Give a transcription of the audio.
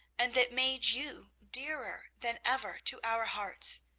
and that made you dearer than ever to our hearts.